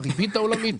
הריבית העולמית,